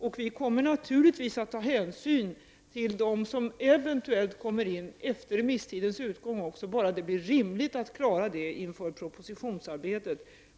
Och vi kommer naturligtvis att ta hänsyn till de remissvar som eventuellt kommer in efter remisstidens utgång, om det bara är rimligt att klara av detta inför propositionsarbetet.